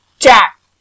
Jack